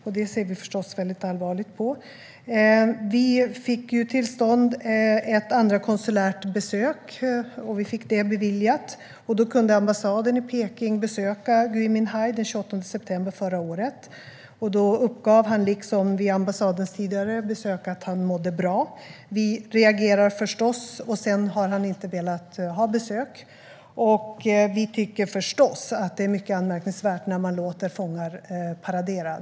Det ser vi förstås väldigt allvarligt på. Vi fick beviljat ett andra konsulärt besök, och ambassaden i Peking besökte Gui Minhai den 28 september förra året. Då uppgav han, liksom vid ambassadens tidigare besök, att han mådde bra. Sedan har han inte velat ha besök. Vi tycker förstås att det är mycket anmärkningsvärt att man låter fångar paradera.